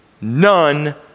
none